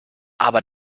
aber